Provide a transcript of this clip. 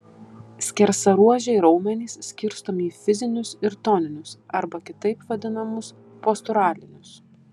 skersaruožiai raumenys skirstomi į fazinius ir toninius arba kitaip vadinamus posturalinius